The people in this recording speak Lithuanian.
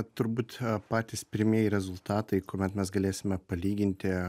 turbūt patys pirmieji rezultatai kuomet mes galėsime palyginti